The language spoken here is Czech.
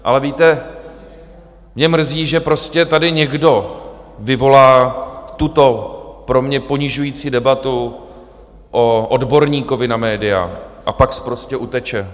Ale víte, mě mrzí, že tady někdo vyvolá tuto pro mě ponižující debatu o odborníkovi na média a pak sprostě uteče.